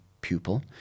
pupil